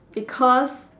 because